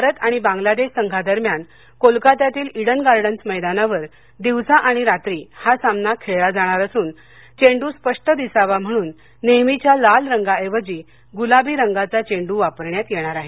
भारत आणि बांगलादेश संघादरम्यान कोलकात्यातील इडन गार्डन्स मैदानावर दिवसा आणि रात्री हा सामना खेळला जाणार असून चेंडू स्पष्ट दिसावा म्हणून नेहेमीच्या लाल रंगाऐवजी गुलाबी रंगाचा चेंडू वापरण्यात येणार आहे